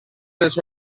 els